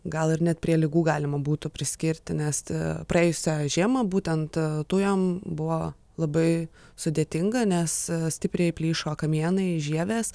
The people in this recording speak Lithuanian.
gal ir net prie ligų galima būtų priskirti nest praėjusią žiemą būtent tujom buvo labai sudėtinga nes stipriai plyšo kamienai žievės